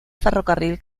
ferrocarril